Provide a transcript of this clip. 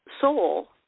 soul